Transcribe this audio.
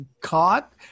caught